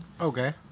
Okay